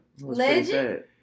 Legend